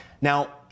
Now